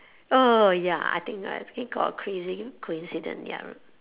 oh ya I think I have came across a crazy coincident ya I remem~